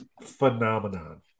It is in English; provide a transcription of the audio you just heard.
phenomenon